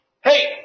Hey